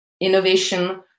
innovation